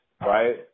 right